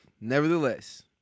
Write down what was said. nevertheless